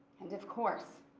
and of course,